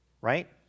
right